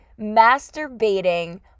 masturbating